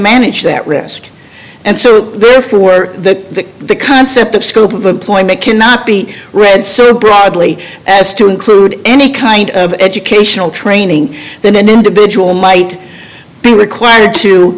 manage that risk and so therefore we're that the concept of scope of employment cannot be read so broadly as to include any kind of educational training than an individual might be required to